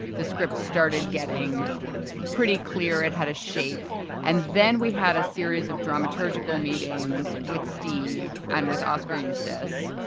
the script started getting pretty clear it had a shape and then we had a series of dramaturgical meetings with steve and with oskar eustis,